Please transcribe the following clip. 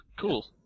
Cool